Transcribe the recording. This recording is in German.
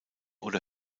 oder